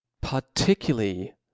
particularly